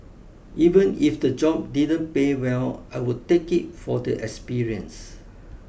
even if the job didn't pay well I would take it for the experience